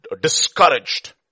Discouraged